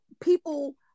people